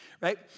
right